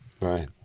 Right